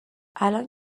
الان